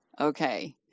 okay